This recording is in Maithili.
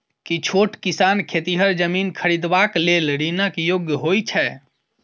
की छोट किसान खेतिहर जमीन खरिदबाक लेल ऋणक योग्य होइ छै?